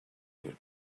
you